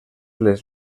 les